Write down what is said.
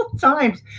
times